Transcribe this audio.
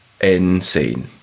Insane